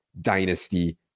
dynasty